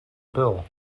bill